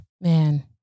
Man